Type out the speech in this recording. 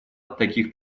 таких